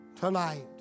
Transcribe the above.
tonight